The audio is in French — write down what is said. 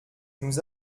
nous